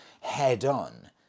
head-on